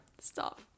Stop